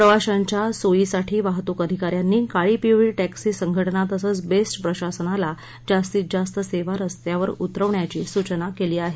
प्रवाश्यांच्या सोयीसाठी वाहतुक अधिका यांनी काळीपिवळी टॅक्सी संघटना तसंच बेस्ट प्रशासनाला जास्तीत जास्त सेवा रस्त्यावर उतरवण्याची सूचना केली आहे